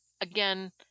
again